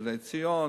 ב"בני ציון",